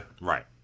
right